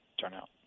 turnout